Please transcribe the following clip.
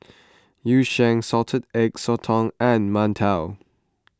Yu Sheng Salted Egg Sotong and Mantou